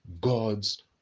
God's